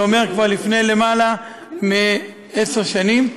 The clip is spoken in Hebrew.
זה אומר כבר לפני למעלה מעשר שנים,